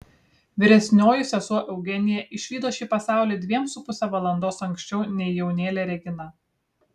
vyresnioji sesuo eugenija išvydo šį pasaulį dviem su puse valandos anksčiau nei jaunėlė regina